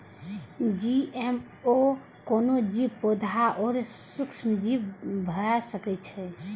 GMO कोनो जीव, पौधा आ सूक्ष्मजीव भए सकै छै